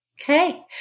Okay